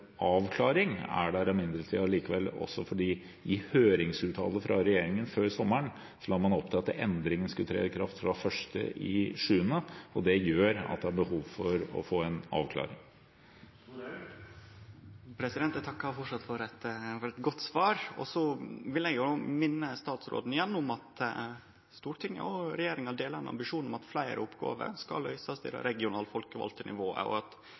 avklaring er der imidlertid likevel, også fordi man i høringsuttalelsene fra regjeringen før sommeren la opp til at endringene skulle tre i kraft fra 1. juli, og det gjør at det er behov for å få en avklaring. Eg takkar nok ein gong for eit godt svar. Eg vil igjen minne statsråden om at Stortinget og regjeringa deler ambisjonen om at fleire oppgåver skal